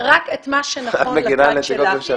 גברתי, את בחרת להגיד רק את מה שנכון לצד שלך.